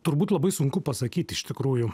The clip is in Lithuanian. turbūt labai sunku pasakyt iš tikrųjų